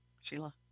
Sheila